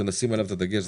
לשים עליו את הדגש,